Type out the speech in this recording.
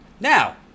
Now